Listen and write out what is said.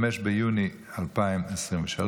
5 ביוני 2023,